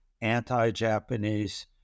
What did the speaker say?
anti-Japanese